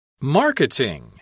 Marketing